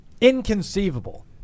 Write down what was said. inconceivable